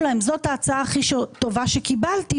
להם שזאת ההצעה הכי טובה שהן קיבלו,